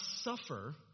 suffer